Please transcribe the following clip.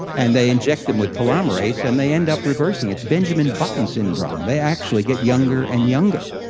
and they inject them with telomerase and they end up reversing. it's benjamin button syndrome, they actually get younger and younger.